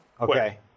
Okay